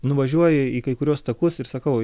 nuvažiuoji į kai kuriuos takus ir sakau